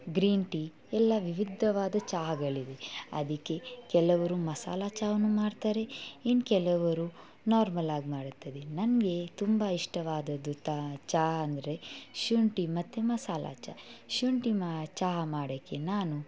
green tea ಎಲ್ಲ ವಿವಿಧವಾದ ಚಹಗಳಿವೆ ಅದಕ್ಕೆ ಕೆಲವರು ಮಸಾಲ ಚಹವನ್ನು ಮಾಡ್ತಾರೆ ಇನ್ನು ಕೆಲವರು ನಾರ್ಮಲಾಗಿ ಮಾಡುತ್ತದೆ ನನಗೆ ತುಂಬ ಇಷ್ಟವಾದದ್ದು ತ ಚಹ ಅಂದರೆ ಶುಂಠಿ ಮತ್ತೆ ಮಸಾಲ ಚಹ ಶುಂಠಿ ಮಾ ಚಹ ಮಾಡೋಕ್ಕೆ ನಾನು